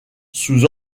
sous